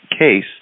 case